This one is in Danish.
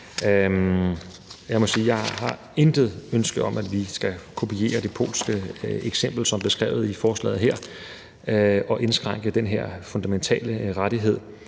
jeg intet ønske har om, at vi skal kopiere det polske eksempel, som det er beskrevet i forslaget her, og indskrænke den her fundamentale rettighed.